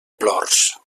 plors